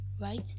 right